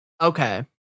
Okay